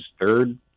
third